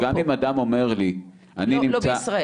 גם אם אדם אומר לי --- לא בישראל.